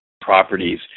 properties